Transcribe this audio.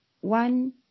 one